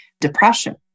depression